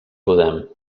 podem